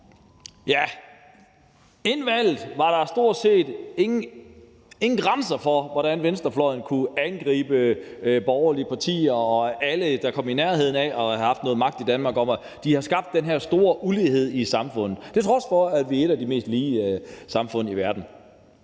Inden valget var der stort set ingen grænser for, hvordan venstrefløjen kunne angribe borgerlige partier og alle, der kom i nærheden af at have haft noget magt i Danmark, altså fordi de havde skabt den her store ulighed i samfundet, til trods for at vi er et af de mest lige samfund i verden.